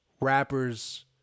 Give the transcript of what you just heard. rappers